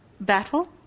battle